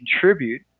contribute